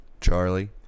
Charlie